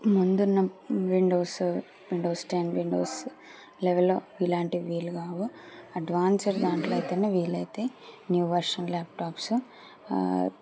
ముందున్న Windows Windows ten Windows లెవెన్లో ఇలాంటివి వీలు కావు అడ్వాన్స్డ్ దాంట్లో అయితేనే వీలయితే న్యూ వర్షన్ ల్యాప్టాప్స్